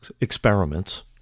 experiments